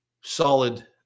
solid